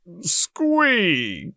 Squeak